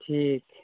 ᱴᱷᱤᱠ